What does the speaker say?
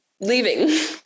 leaving